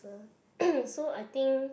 so I think